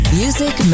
music